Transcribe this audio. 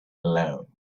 alone